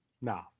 no